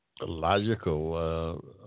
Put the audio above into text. logical